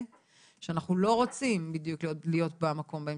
שאנחנו לא רוצים בדיוק להיות במקום הזה,